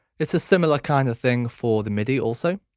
it's a similar kind of thing for the midi also.